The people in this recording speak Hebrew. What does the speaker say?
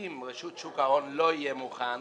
אם רשות שוק ההון לא תהיה מוכנה,